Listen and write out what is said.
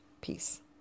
Peace